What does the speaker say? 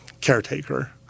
caretaker